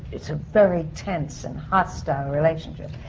it's a very tense and hostile relationship.